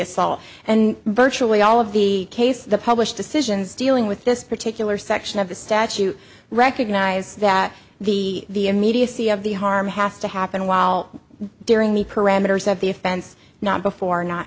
assault and virtually all of the case the published decisions dealing with this particular section of the statute recognize that the immediacy of the harm has to happen while during the parameters of the offense not before not